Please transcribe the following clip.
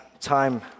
time